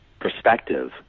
perspective